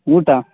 ಊಟ